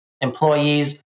employees